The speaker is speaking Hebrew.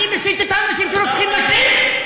אני מסית את האנשים שרוצחים נשים?